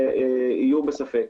יהיו בספק.